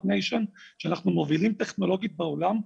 nation שאנחנו מובילים טכנולוגית בעולם,